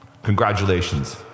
Congratulations